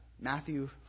Matthew